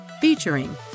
featuring